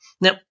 Now